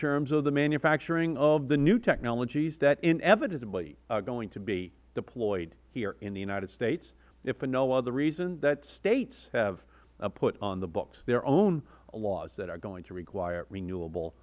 terms of the manufacturing of the new technologies that inevitably are going to be deployed here in the united states if for no other reason than states have put on the books their own laws that are going to require renewable